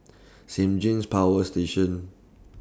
Saint James Power Station